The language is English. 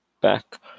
back